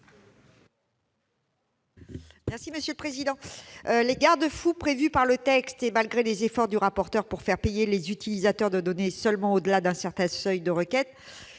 l'amendement n° 151. Les garde-fous prévus par le texte, malgré les efforts du rapporteur, pour faire payer les utilisateurs de données seulement au-delà d'un certain seuil de requêtes